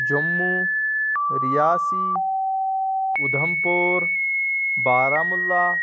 Jammu Reasi Udhampur Baramulla